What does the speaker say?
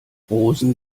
rosen